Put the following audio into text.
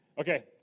Okay